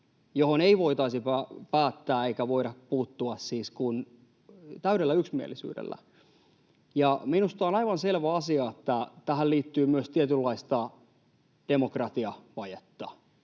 johon ei voida puuttua siis kuin täydellä yksimielisyydellä. Minusta on aivan selvä asia, että tähän liittyy myös tietynlaista demokratiavajetta.